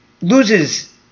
loses